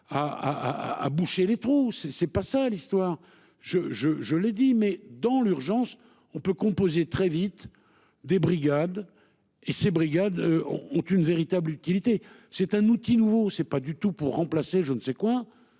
à boucher les trous c'est c'est pas ça l'histoire je je je l'ai dit, mais dans l'urgence on peut composer très vite des brigades et ces brigades ont une véritable utilité. C'est un outil nouveau c'est pas du tout pour remplacer, je ne sais quoi,